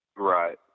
right